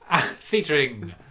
Featuring